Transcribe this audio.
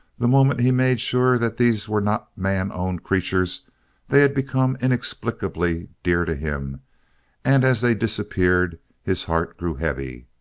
the moment he made sure that these were not man-owned creatures they had become inexplicably dear to him and as they disappeared his heart grew heavy.